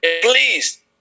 Please